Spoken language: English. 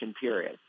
period